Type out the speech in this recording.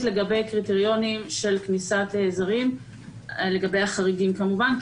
לגבי קריטריונים של כניסת זרים לגבי החריגים כמובן,